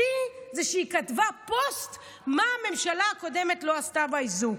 השיא זה שהיא כתבה פוסט מה הממשלה הקודמת לא עשתה באיזוק.